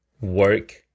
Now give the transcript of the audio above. work